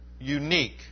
unique